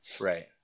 Right